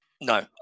no